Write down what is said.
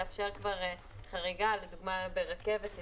לאפשר חריגה ברכבת לדוגמה.